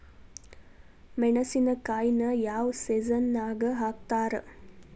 ಮೆಣಸಿನಕಾಯಿನ ಯಾವ ಸೇಸನ್ ನಾಗ್ ಹಾಕ್ತಾರ?